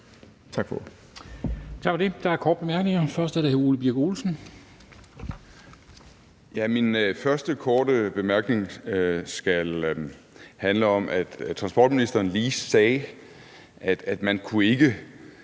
Min første korte bemærkning skal handle om, at transportministeren lige sagde, at man ikke kunne